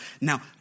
Now